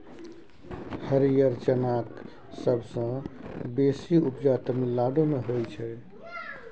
हरियर चनाक सबसँ बेसी उपजा तमिलनाडु मे होइ छै